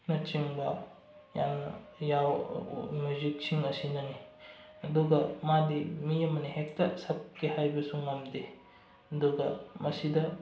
ꯅꯆꯤꯡꯕ ꯌꯥꯝꯅ ꯃꯤꯌꯨꯖꯤꯛꯁꯤꯡ ꯑꯁꯤꯅꯅꯤ ꯑꯗꯨꯒ ꯃꯥꯗꯤ ꯃꯤ ꯑꯃꯅ ꯍꯦꯛꯇ ꯁꯛꯀꯦ ꯍꯥꯏꯕꯁꯨ ꯉꯝꯗꯦ ꯑꯗꯨꯒ ꯃꯁꯤꯗ